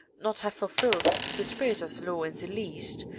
not have fulfilled the spirit of the law in the least,